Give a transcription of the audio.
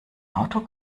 auto